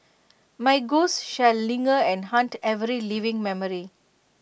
my ghost shall linger and haunt every living memory